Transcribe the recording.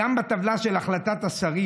גם בטבלה של החלטת השרים,